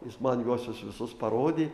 jis man juos visus parodė